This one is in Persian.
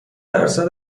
درصد